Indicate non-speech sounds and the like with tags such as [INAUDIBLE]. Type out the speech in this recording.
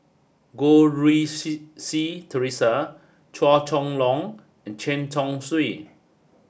Goh Rui [UNINTELLIGIBLE] Si Theresa Chua Chong Long and Chen Chong Swee